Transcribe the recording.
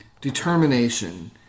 Determination